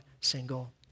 single